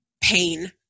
pain